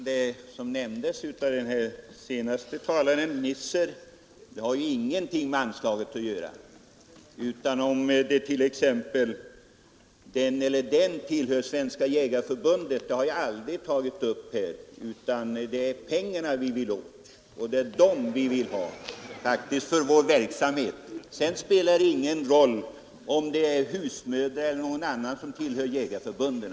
Herr talman! Det som den senaste talaren, herr Nisser, nämnde har ingenting med anslaget att göra. Frågan, om den eller den tillhör Svenska jägareförbundet, har jag aldrig tagit upp här, utan det är anslaget vi vill ha. Det är pengar vi vill ha för vår verksamhet. Sedan spelar det ingen roll om det är husmödrar eller andra som tillhör jägarförbunden.